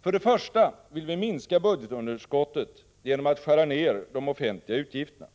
För det första vill vi minska budgetunderskottet genom att skära ned de offentliga utgifterna.